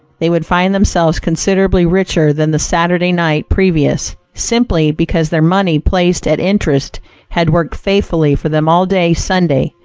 they would find themselves considerably richer than the saturday night previous, simply because their money placed at interest had worked faithfully for them all day sunday,